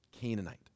Canaanite